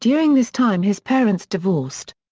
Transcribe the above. during this time his parents divorced.